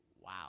wow